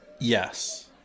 Yes